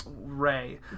Ray